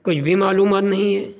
کچھ بھی معلومات نہیں ہے